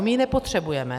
My ji nepotřebujeme.